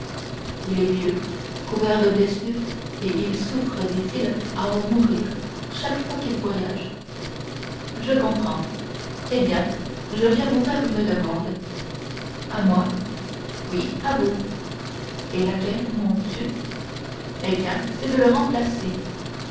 il est vieux couvert de blessures et il souffre dit-il à en mourir chaque fois qu'il voyage je comprends eh bien je viens vous faire une demande à moi oui à vous et laquelle mon dieu eh bien c'est de le remplacer